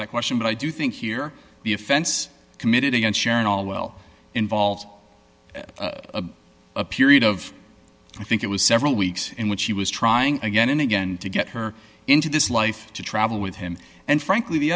that question but i do think here the offense committed against sharon all well involves a period of i think it was several weeks in which she was trying again and again to get her into this life to travel with him and frankly the